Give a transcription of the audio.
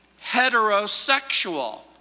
heterosexual